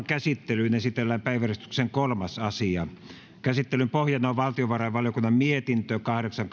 käsittelyyn esitellään päiväjärjestyksen kolmas asia käsittelyn pohjana on valtiovarainvaliokunnan mietintö kahdeksan